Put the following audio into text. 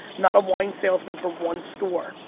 not a wine salesman for one store